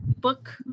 book